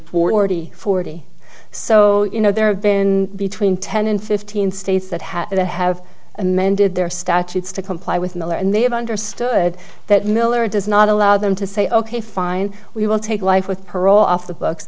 forty forty so you know there have been between ten and fifteen states that have that have amended their statutes to comply with miller and they have understood that miller does not allow them to say ok fine we will take life with parole off the books